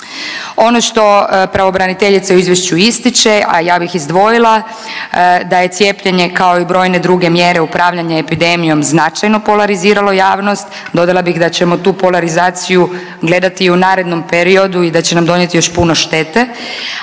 Ono što pravobraniteljica u izvješću ističe, a ja bih izdvojila da je cijepljenje, kao i brojne druge mjere upravljanja epidemijom značajno polariziralo javnost, dodala bih da ćemo tu polarizaciju gledati u narednom periodu i da će nam donijeti još puno štete,